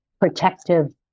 protective